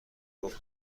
گفت